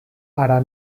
hara